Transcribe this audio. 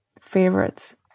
favorites